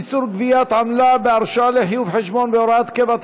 איסור גביית עמלה בהרשאה לחיוב חשבון בהוראת קבע),